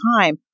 time